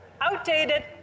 outdated